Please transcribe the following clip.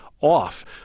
off